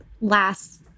last